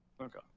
Okay